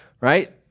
right